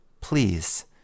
please